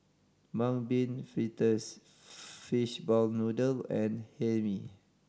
Mung Bean Fritters fishball noodle and Hae Mee